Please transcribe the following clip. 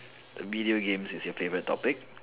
video games is your favorite topic